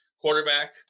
quarterback